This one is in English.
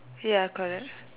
ya correct